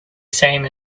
same